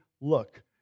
look